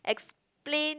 explain